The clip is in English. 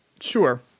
Sure